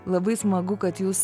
labai smagu kad jūs